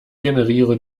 generiere